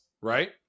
right